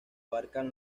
abarcan